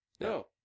No